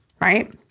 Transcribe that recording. right